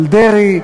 של דרעי,